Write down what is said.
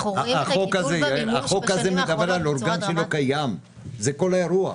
זה כל האירוע,